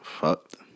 fucked